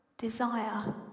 desire